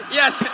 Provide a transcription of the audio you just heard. yes